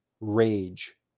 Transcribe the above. rage